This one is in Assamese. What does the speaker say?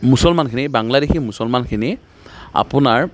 মুছলমানখিনি বাংলাদেশী মুছলমানখিনি আপোনাৰ